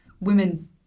women